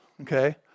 okay